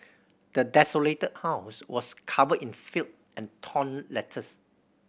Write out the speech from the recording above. the desolated house was covered in filth and torn letters